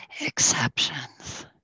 exceptions